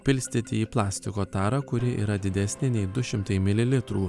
pilstyti į plastiko tarą kuri yra didesnė nei du šimtai mililitrų